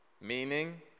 meaning